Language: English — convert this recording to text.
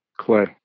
Clay